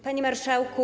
Panie Marszałku!